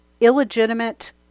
illegitimate